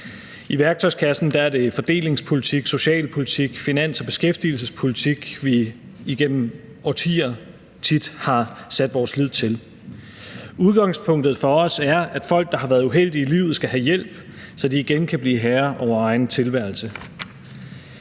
I værktøjskassen er det fordelingspolitik, socialpolitik, finans- og beskæftigelsespolitik, vi igennem årtier tit har sat vores lid til. Udgangspunktet for os er, at folk, der har været uheldige i livet, skal have hjælp, så de igen kan blive herre over egen tilværelse.